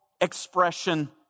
expression